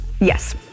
Yes